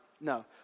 No